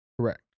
Correct